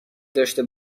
داشته